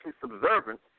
subservient